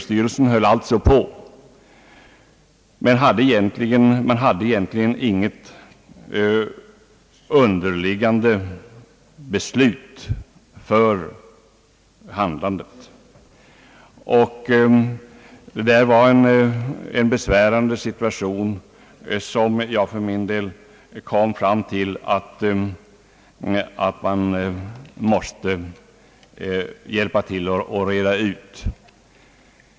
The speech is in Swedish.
Styrelsen hade påbörjat arbetet utan att egentligen ha något underliggande beslut för handlandet. Det hade uppstått en besvärande situation, som jag för min del kom fram till att man måste hjälpa till att reda ut.